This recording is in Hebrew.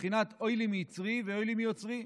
מבחינת "אוי לי מיצרי ואוי לי מיוצרי"?